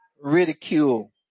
ridicule